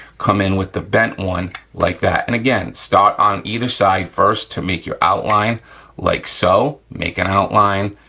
come in with the bent one like that. and again, start on either side first to make your outline like so, make an outline,